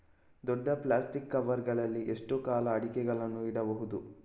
ದೊಡ್ಡ plastic cover ಗಳಲ್ಲಿ ಎಷ್ಟು ಕಾಲ ಅಡಿಕೆಗಳನ್ನು ಇಡಬಹುದು?